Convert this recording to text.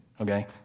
okay